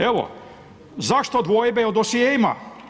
Evo zašto dvojbe o dosjeima?